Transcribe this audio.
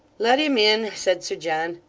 let him in said sir john.